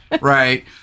right